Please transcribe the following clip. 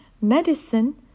Medicine